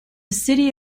city